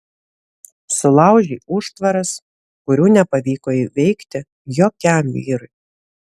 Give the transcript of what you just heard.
sulaužei užtvaras kurių nepavyko įveikti jokiam vyrui